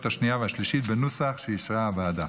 השנייה והשלישית בנוסח שאישרה הוועדה.